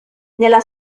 nella